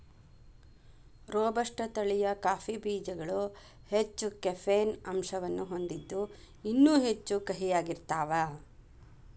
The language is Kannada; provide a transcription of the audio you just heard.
ರೋಬಸ್ಟ ತಳಿಯ ಕಾಫಿ ಬೇಜಗಳು ಹೆಚ್ಚ ಕೆಫೇನ್ ಅಂಶವನ್ನ ಹೊಂದಿದ್ದು ಇನ್ನೂ ಹೆಚ್ಚು ಕಹಿಯಾಗಿರ್ತಾವ